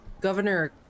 Governor